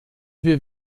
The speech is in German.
wir